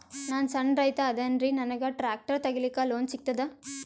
ನಾನ್ ಸಣ್ ರೈತ ಅದೇನೀರಿ ನನಗ ಟ್ಟ್ರ್ಯಾಕ್ಟರಿ ತಗಲಿಕ ಲೋನ್ ಸಿಗತದ?